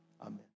Amen